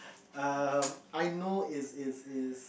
err I know is is is